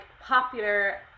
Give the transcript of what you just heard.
popular